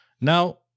now